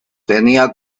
tenía